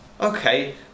okay